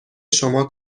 شما